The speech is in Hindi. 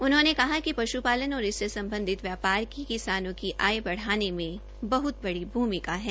उन्होंने कहा कि पशुपालन और इससे सम्बधित व्यापारी की किसानों की आय बढ़ाने में कहत बड़ी भूमिका है